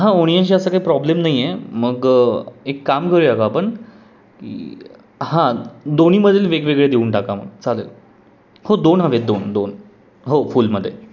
हां ओणियनचा असा काही प्रॉब्लेम नाही आहे मग एक काम करूया का आपण की हां दोन्हीमधील वेगवेगळे देऊन टाका मग चालेल हो दोन हवे आहेत दोन दोन हो फुलमध्ये